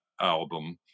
album